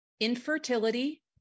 Infertility